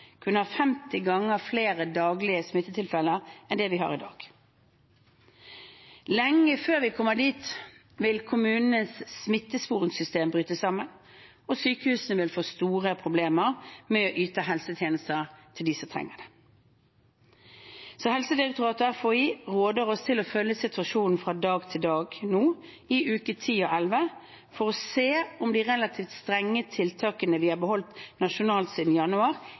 kunne ha 50 ganger flere daglige smittetilfeller enn vi har i dag. Lenge før vi kommer dit, vil kommunenes smittesporingssystem bryte sammen, og sykehusene vil få store problemer med å yte helsetjenester til dem som trenger det. Helsedirektoratet og Folkehelseinstituttet råder oss til å følge situasjonen fra dag til dag nå i uke 10 og 11, for å se om de relativt strenge tiltakene vi har beholdt nasjonalt siden januar,